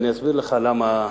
ואסביר לך למה.